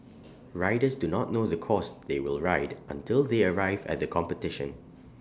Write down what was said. riders do not know the course they will ride until they arrive at the competition